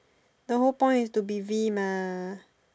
the whole point is too busy mah